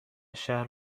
شهر